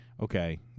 okay